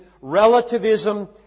relativism